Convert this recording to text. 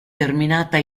terminata